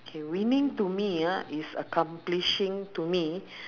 K winning to me ah is accomplishing to me